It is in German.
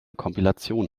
kompilation